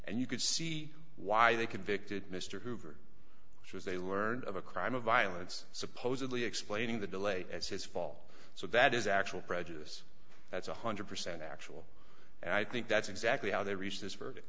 and you could see why they convicted mr hoover which was they learned of a crime of violence supposedly explaining the delay as his fall so that is actual prejudice that's one hundred percent actual and i think that's exactly how they rea